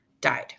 died